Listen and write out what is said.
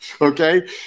Okay